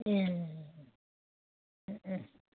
ए um उम